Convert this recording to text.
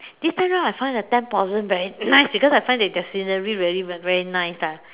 this time round I find the ten possum very nice because I find that the scenery very very nice ah